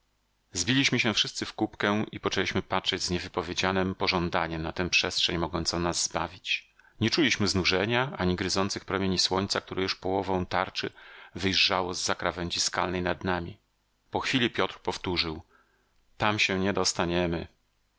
zbiliśmy się wszyscy w kupkę i poczęliśmy patrzyć z niewypowiedzianem pożądaniem na tę przestrzeń mogącą nas zbawić nie czuliśmy znużenia ani gryzących promieni słońca które już połową tarczy wyjrzało z za krawędzi skalnej nad nami po chwili piotr powtórzył tam się nie dostaniemy